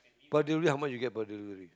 per delivery how much you get per delivery